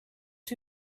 who